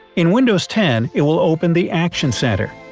in windows ten it will open the action centre.